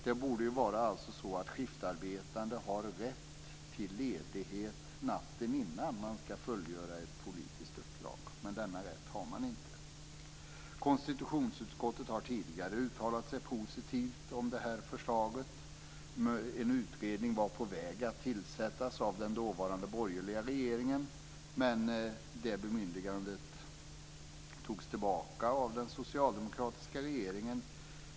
Det borde vara så att skiftarbetande har rätt till ledighet natten innan man ska fullgöra ett politiskt uppdrag, men denna rätt har man inte. Konstitutionsutskottet har tidigare uttalat sig positivt om det här förslaget. En utredning var på väg att tillsättas av den dåvarande borgerliga regeringen, men det bemyndigandet togs tillbaka av den socialdemokratiska regeringen.